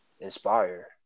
inspire